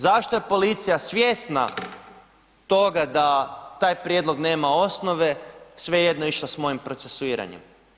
Zašto je policija svjesna toga da taj prijedlog nema osnove svejedno išla s mojim procesuiranjem?